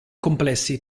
complessi